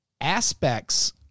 aspects